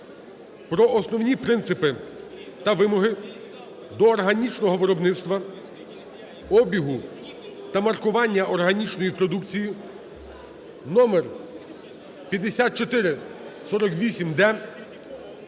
про основні принципи та вимоги до органічного виробництва, обігу та маркування органічної продукції (№5448-д)